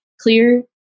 Clear